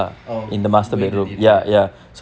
oh go in already already ah